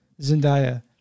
Zendaya